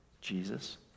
Jesus